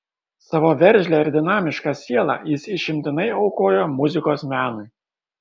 savo veržlią ir dinamišką sielą jis išimtinai aukojo muzikos menui